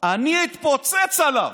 אני אתפוצץ עליו.